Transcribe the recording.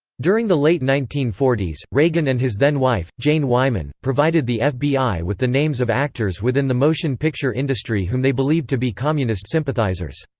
during the late nineteen forty s, reagan and his then-wife, jane wyman, provided the fbi with the names of actors within the motion picture industry whom they believed to be communist sympathizers.